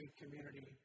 community